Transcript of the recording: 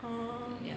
oh